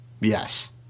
Yes